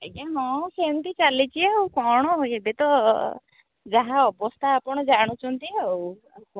ଆଜ୍ଞା ହଁ ସେମିତି ଚାଲିଛି ଆଉ କ'ଣ ଏବେ ତ ଯାହା ଅବସ୍ଥା ଆପଣ ଜାଣୁଛନ୍ତି ଆଉ କ'ଣ